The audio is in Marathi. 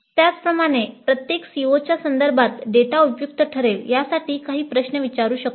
त्याचप्रमाणे प्रत्येक COच्या संदर्भात डेटा उपयुक्त ठरेल यासाठी आम्ही काही प्रश्न विचारू शकतो